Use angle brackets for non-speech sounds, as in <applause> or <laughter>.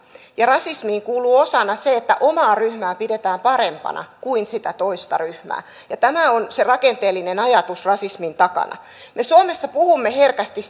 ja rasismiin kuuluu osana se että omaa ryhmää pidetään parempana kuin sitä toista ryhmää ja tämä on se rakenteellinen ajatus rasismin takana me suomessa puhumme herkästi <unintelligible>